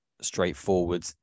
straightforward